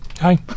Hi